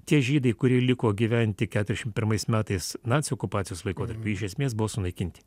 tie žydai kurie liko gyventi keturiasdešim pirmais metais nacių okupacijos laikotarpiu iš esmės buvo sunaikinti